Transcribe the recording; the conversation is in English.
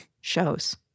shows